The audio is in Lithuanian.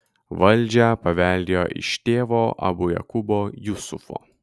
valdžią paveldėjo iš tėvo abu jakubo jusufo